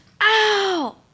ow